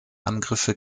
angriffe